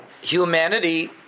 humanity